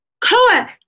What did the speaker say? Koa